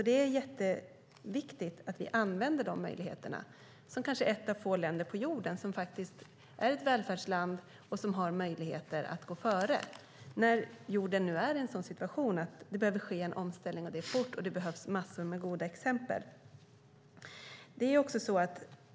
Det är jätteviktigt att vi använder de möjligheterna. Vi är ett av få länder på jorden som är ett välfärdsland och har möjligheter att gå före när jorden nu är i en sådan situation att det behöver ske en omställning och det fort, och det behövs massor av goda exempel.